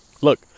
Look